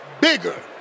bigger